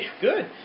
Good